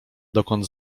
dokąd